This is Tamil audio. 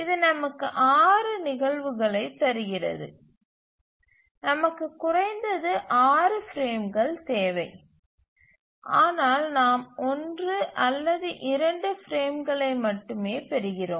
இது நமக்கு 6 நிகழ்வுகளைத் தருகிறது நமக்கு குறைந்தது 6 பிரேம்கள் தேவை ஆனால் நாம் 1 அல்லது 2 பிரேம்களை மட்டுமே பெறுகிறோம்